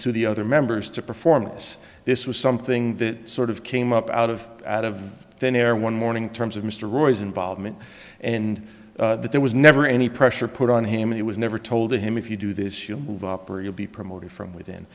to the other members to performance this was something that sort of came up out of out of thin air one morning terms of mr roy's involvement and that there was never any pressure put on him it was never told to him if you do this you'll move up or you'll be promoted from within